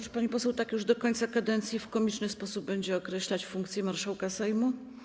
Czy pani poseł już do końca kadencji w tak komiczny sposób będzie określać funkcję marszałka Sejmu?